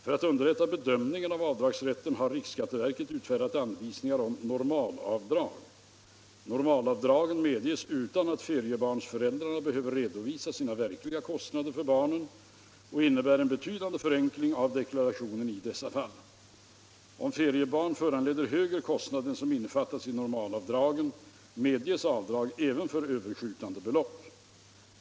För att underlätta bedömningen av avdragsrätten har riksskatteverket utfärdat anvisningar om normalavdrag. Normalavdragen medges utan att feriebarnsföräldrarna behöver redovisa sina verkliga kostnader för barnen och innebär en betydande förenkling av deklarationen i dessa fall. Om feriebarn föranleder högre kostnad än som innefattas i normalavdragen medges avdrag även för överskjutande belopp.